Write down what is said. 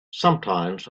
sometimes